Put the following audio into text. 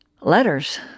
letters